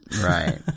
Right